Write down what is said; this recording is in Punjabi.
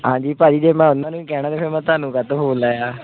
ਹਾਂਜੀ ਭਾਅ ਜੀ ਜੇ ਮੈਂ ਉਹਨਾਂ ਨੂੰ ਹੀ ਕਹਿਣਾ ਤਾਂ ਫੇਰ ਮੈਂ ਤੁਹਾਨੂੰ ਕਾਹਤੋਂ ਫੋਨ ਲਾਇਆ